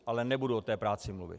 Ale nebudu o té práci mluvit.